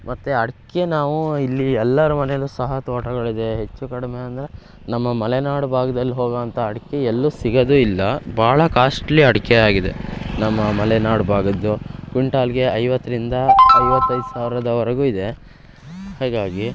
ಮತ್ತೆ ಅಡಿಕೆ ನಾವು ಇಲ್ಲಿ ಎಲ್ಲರ ಮನೇಲು ಸಹ ತೋಟಗಳಿದೆ ಹೆಚ್ಚು ಕಡಿಮೆ ಅಂದರೆ ನಮ್ಮ ಮಲೆನಾಡು ಭಾಗ್ದಲ್ಲಿ ಹೋಗುವಂತ ಅಡಿಕೆ ಎಲ್ಲೂ ಸಿಗೋದು ಇಲ್ಲ ಭಾಳ ಕಾಸ್ಟ್ಲಿ ಅಡಿಕೆ ಆಗಿದೆ ನಮ್ಮ ಮಲೆನಾಡು ಭಾಗದ್ದು ಕ್ವಿಂಟಾಲಿಗೆ ಐವತ್ತರಿಂದ ಐವತ್ತೈದು ಸಾವಿರದವರೆಗು ಇದೆ ಹೀಗಾಗಿ